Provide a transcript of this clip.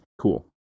Cool